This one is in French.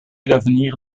l’avenir